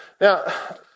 Now